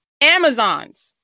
Amazons